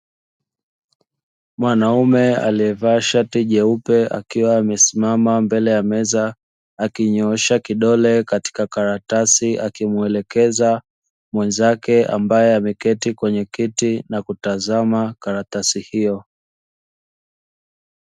Mwanaume aliyevaa shati jeupe akiwa amesimama mbele ya meza, akinyoosha kidole katika karatasi akimwelekeza mwenzake, ambaye ameketi kwenye kiti na kutazama karatasi hiyo.